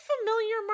familiar